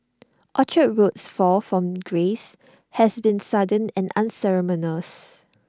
Orchard Road's fall from grace has been sudden and unceremonious